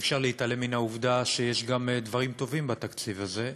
אי-אפשר להתעלם מן העובדה שיש גם דברים טובים בתקציב הזה.